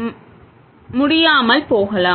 முஸுக்குடியாமல் போகலாம்